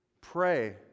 Pray